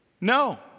No